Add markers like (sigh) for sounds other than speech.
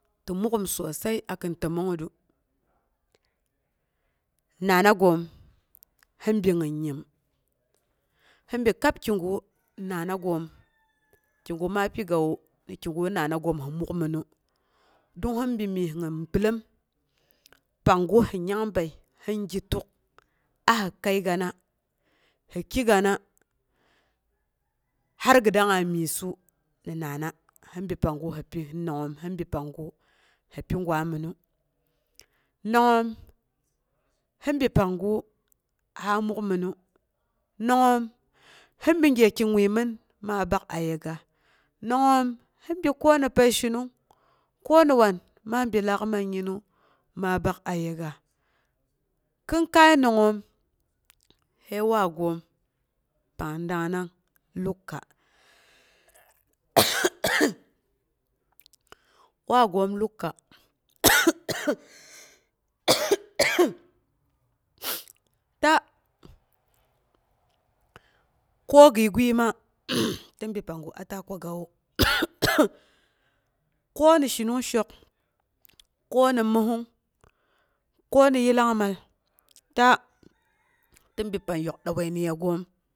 Tɨ muk'um sosai akin təmongngətru, nanagoom hi bi gin nyim, hi bi kab kigu nanagoom (noise) kigu ma pigawu, lagu nanagoom shi mukmɨnu, don hinbi myes nyim bilom panggu hi nyangbəi hin ge tuk a hi kəigana hi keygana, har gi dangnga myessu ni nana hi bi panggu hi pi, hi bi panggu hi pi gwaamɨnu. Nangngoom hibi panggu ha mukmɨnu, nangngoom hi bi gyeki wuimɨn ma bak a yegas. Nangngoom hi bi koni pəishinung, ko ni wan ma bi laak manginu, ma bak ayegas. Kinkai nongngoom sai waagoom pang dangnang, luka (noise) waagoom luka (noise) ta ko gin gwiima (noise) ti bi panggu a ta kwagawu (noise) koni shinungshok, ko ni məssong, ko ni yillang mal, ta, (noise) tɨnn bi pang yok dawainiya goom.